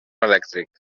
elèctric